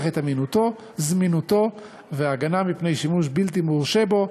את אמינותו וזמינותו ואת ההגנה מפני שימוש בלתי מורשה בו.